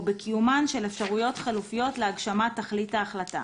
בקיומן של אפשרויות חלופיות להגשמת תכלית ההחלטה,